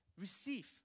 receive